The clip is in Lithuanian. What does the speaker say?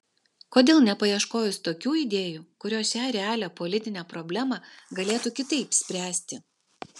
kodėl nepaieškojus tokių idėjų kurios šią realią politinę problemą galėtų kitaip spręsti